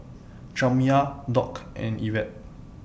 Jamya Doc and Yvette